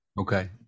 Okay